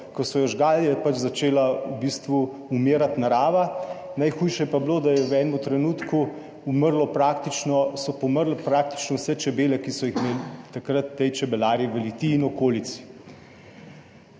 ko so jo žgali, je pač začela v bistvu umirati narava. Najhujše je pa bilo, da so v enem trenutku pomrle praktično vse čebele, ki so jih imeli takrat ti čebelarji v Litiji in okolici.